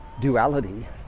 duality